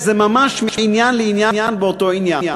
זה ממש מעניין לעניין באותו עניין.